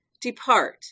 Depart